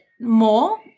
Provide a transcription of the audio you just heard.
more